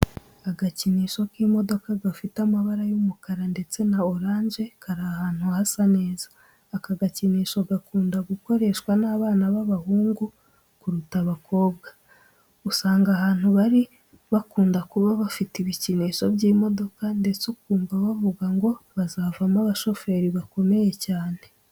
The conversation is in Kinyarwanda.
Agakinisho k'imodoka gafite amabara y'umukara ndetse na oranje kari ahantu hasa neza. Aka gakinisho gakunda gukoreshwa n'abana b'abahungu kuruta abakobwa. Usanga ahantu bari bakunda kuba bafite ibikinisho by'imodoka ndetse ukumva bavuga ngo bazavamo abashoferi bakomeye cyane.